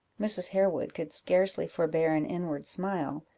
mrs. harewood could scarcely forbear an inward smile,